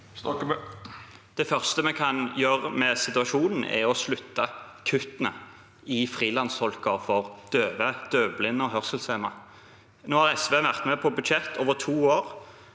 Det første vi kan gjøre med situasjonen, er å stoppe kuttene i frilanstolker for døve, døvblinde og hørselshemmede. Nå har SV vært med på budsjett over to år,